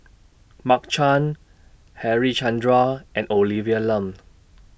Mark Chan Harichandra and Olivia Lum